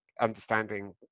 understanding